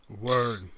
Word